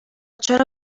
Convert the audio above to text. چرا